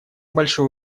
большое